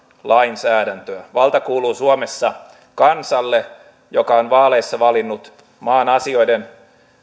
lainsäädäntöä valta kuuluu suomessa kansalle joka on vaaleissa valinnut maan asioiden